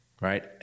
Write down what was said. right